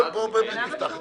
בוא באמת נפתח.